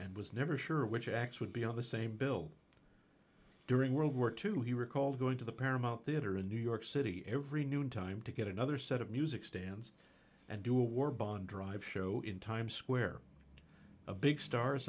and was never sure which acts would be on the same bill during world war two he recalled going to the paramount theater in new york city every noon time to get another set of music stands and do a war bond drive show in times square a big stars